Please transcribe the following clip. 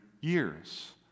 years